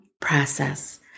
process